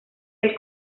del